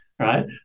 right